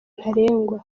ntarengwa